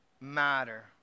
matter